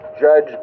Judge